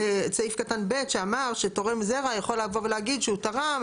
סעיף קטן (ב) שאמר שתורם זרע יכול לבוא ולהגיד שהוא תרם,